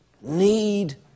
need